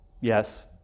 Yes